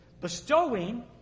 Bestowing